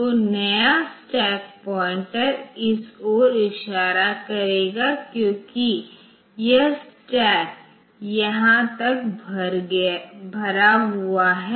तो नया stack pointer इस ओर इशारा करेगा क्योंकि यह स्टैक यहां तक भरा हुआ है